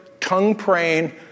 tongue-praying